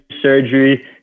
surgery